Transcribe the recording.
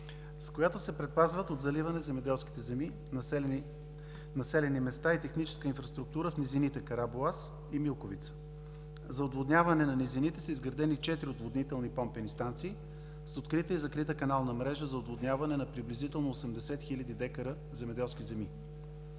с която се предпазват от заливане земеделските земи, населените места и техническата инфраструктура в низините Карабоаз и Милковица. За отводняване на низините са изградени четири отводнителни помпени станции с открита и закрита канална мрежа за отводняване на приблизително 80 хил. дка земеделски земи.